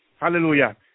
Hallelujah